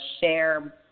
share